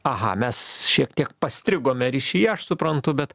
aha mes šiek tiek pastrigome ryšyje aš suprantu bet